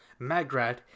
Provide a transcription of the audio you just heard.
Magrat